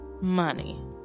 money